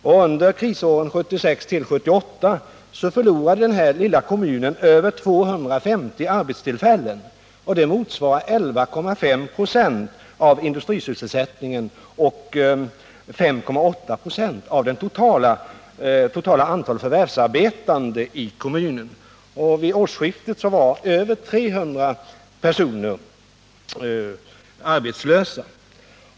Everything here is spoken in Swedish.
Under krisåren 1976-1978 förlorade denna lilla kommun över 250 arbetstillfällen, vilket motsvarar 11,5 96 av industrisysselsättningen och 5,8 96 av det totala antalet förvärvsarbetande i kommunen. Vid årsskiftet var över 300 personer arbetslösa.